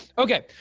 okay,